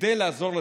כדי לעזור לציבור.